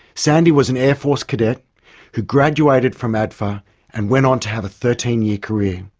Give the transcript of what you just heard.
sandy was an air force cadet who graduated from adfa and went on to have a thirteen year career.